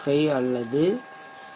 5 அல்லது 2 C